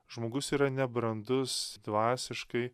žmogus yra nebrandus dvasiškai